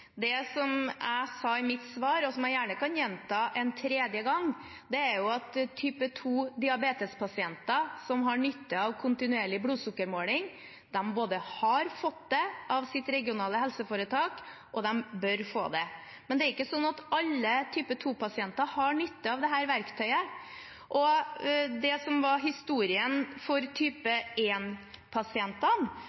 historiefortelling som ikke har rot i virkeligheten. Det jeg sa i mitt svar, og som jeg gjerne kan gjenta en tredje gang, er at type 2-diabetespasienter som har nytte av kontinuerlig blodsukkermåling, både har fått det av sitt regionale helseforetak og bør få det. Men det er ikke slik at alle type 2-diabetespasienter har nytte av dette verktøyet. Det som var historien for type